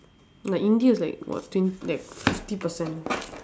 like india is like what twen~ like fifty percent